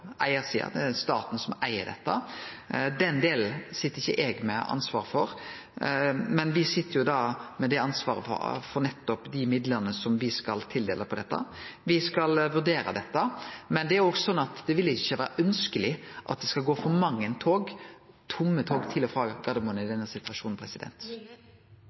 staten som eig dette. Den delen sit ikkje eg med ansvar for. Men me sit med ansvar for dei midlane me skal tildele. Me skal vurdere det, men det er òg sånn at det ikkje vil vere ønskjeleg at det skal gå for mange tomme tog til og frå Gardermoen i denne situasjonen.